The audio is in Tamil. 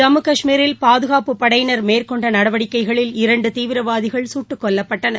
ஜம்மு காஷ்மீரில் பாதுகாப்பு படையினர் மேற்கொண்ட நடவடிக்கைகளில் இரண்டு தீவிரவாதிகள் சுட்டுக் கொல்லப்பட்டனர்